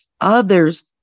others